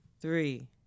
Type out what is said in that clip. Three